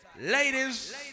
Ladies